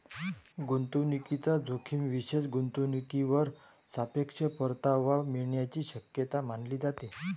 गुंतवणूकीचा जोखीम विशेष गुंतवणूकीवर सापेक्ष परतावा मिळण्याची शक्यता मानली जाते